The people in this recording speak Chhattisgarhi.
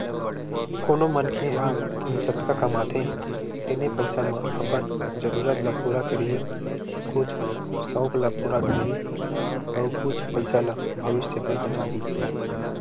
कोनो मनखे ह जतका कमाथे तेने पइसा म कुछ अपन जरूरत ल पूरा करही, कुछ सउक ल पूरा करही अउ कुछ पइसा ल भविस्य बर बचाही